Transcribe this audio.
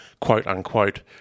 quote-unquote